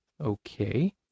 Okay